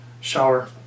shower